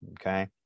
Okay